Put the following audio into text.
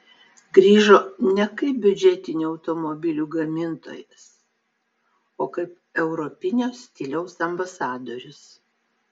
grįžo ne kaip biudžetinių automobilių gamintojas o kaip europinio stiliaus ambasadorius